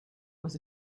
was